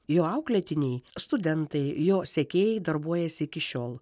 jo auklėtiniai studentai jo sekėjai darbuojasi iki šiol